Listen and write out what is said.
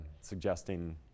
suggesting